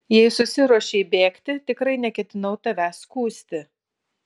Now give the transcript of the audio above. jei susiruošei bėgti tikrai neketinau tavęs skųsti